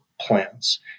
plans